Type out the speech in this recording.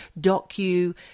docu